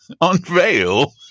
unveil